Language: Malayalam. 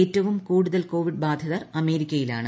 ഏറ്റവും കൂടുതൽ കോവിഡ് ബാധിതർ അമേരിക്കയിലാണ്